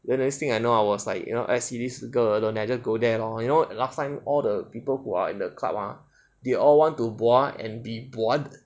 then next thing I know I was like you know I_C_B circle alone I just go there lor you know last time all the people who are at the club ah they all want to